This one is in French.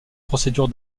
procédure